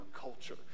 culture